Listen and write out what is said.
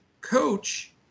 Coach